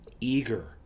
eager